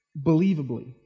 believably